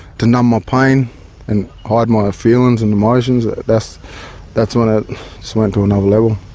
to numb my pain and hide my feelings and emotions, ah that's that's when it went to another level.